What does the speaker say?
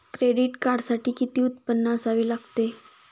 Credit कार्डसाठी किती उत्पन्न असावे लागते?